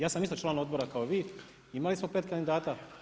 Ja sam isto član Odbora kao i vi, imali smo pet kandidata.